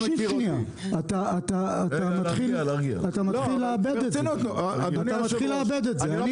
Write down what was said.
אתה מתחיל לאבד את זה, אתה מתחיל לאבד את זה.